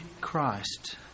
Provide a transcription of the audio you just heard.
Christ